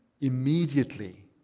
Immediately